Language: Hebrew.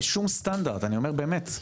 באמת.